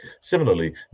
Similarly